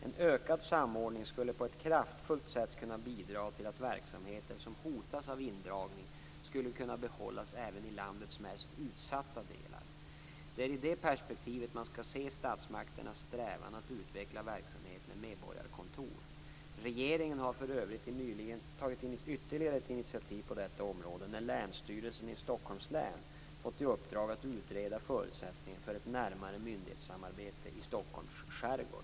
En ökad samordning skulle på ett kraftfullt sätt kunna bidra till att verksamheter som hotas av indragning skulle kunna behållas även i landets mest utsatta delar. Det är i det perspektivet man skall se statsmakternas strävan att utveckla verksamheten med medborgarkontor. Regeringen har för övrigt nyligen tagit ytterligare ett initiativ på detta område när Länsstyrelsen i Stockholms län fått i uppdrag att utreda förutsättningarna för ett närmare myndighetssamarbete i Stockholms skärgård.